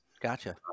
Gotcha